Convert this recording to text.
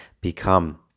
become